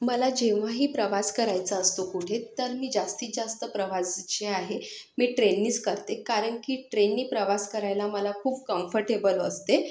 मला जेव्हाही प्रवास करायचा असतो कुठे तर मी जास्तीत जास्त प्रवास जे आहे मी ट्रेननीच करते कारण की ट्रेननी प्रवास करायला मला खूप कम्फर्टेबल असते